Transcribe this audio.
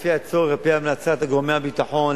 לפי הצורך ועל-פי המלצת גורמי הביטחון,